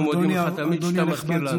אנחנו מודים לך תמיד שאתה מזכיר לנו.